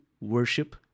worship